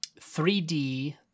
3D